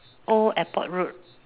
old airport road